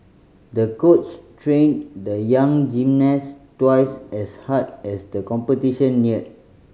the coach trained the young gymnast twice as hard as the competition neared